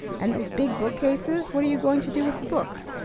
and those big bookcases. what are you going to do with the books?